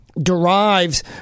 derives